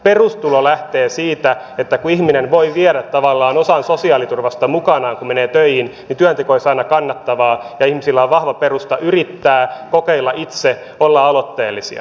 perustulo lähtee siitä että kun ihminen voi viedä tavallaan osan sosiaaliturvasta mukanaan kun menee töihin niin työnteko olisi aina kannattavaa ja ihmisillä on vahva perusta yrittää kokeilla itse olla aloitteellisia